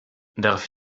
darf